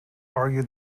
argued